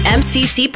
mcc